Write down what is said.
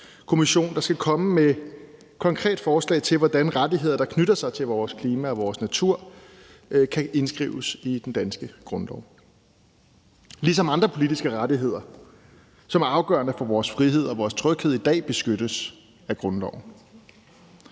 der skal komme med et konkret forslag til, hvordan rettigheder, der knytter sig til vores klima og vores natur, kan indskrives i den danske grundlov, ligesom andre politiske rettigheder, som er afgørende for vores frihed og vores tryghed, i dag beskyttes af grundloven.